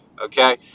okay